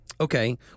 Okay